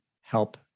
help